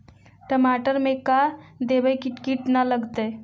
टमाटर में का देबै कि किट न लगतै?